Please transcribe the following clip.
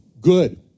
Good